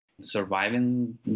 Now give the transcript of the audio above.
surviving